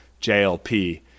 JLP